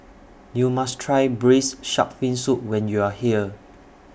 YOU must Try Braised Shark Fin Soup when YOU Are here